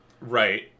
Right